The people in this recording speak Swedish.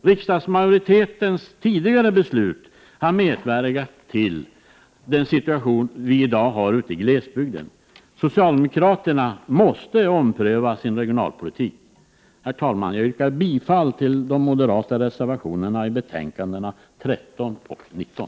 Riksdagsmajoritetens tidigare beslut har medverkat till den nuvarande situationen ute i glesbygden. Socialdemokraterna måste ompröva sin regionalpolitik. Herr talman! Jag yrkar bifall till de moderata reservationerna till betänkandena 13 och 19.